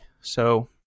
so-